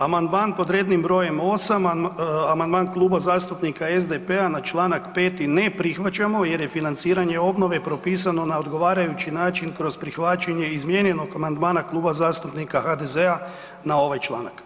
Amandman pod rednim br. 8. Amandman Kluba zastupnika SDP-a na čl. 5 ne prihvaćamo jer je financiranje obnove propisano na odgovarajući način kroz prihvaćanje izmijenjenog amandmana Kluba zastupnika HDZ-a na ovaj članak.